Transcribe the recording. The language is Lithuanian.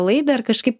laidą ir kažkaip